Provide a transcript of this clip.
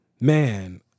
man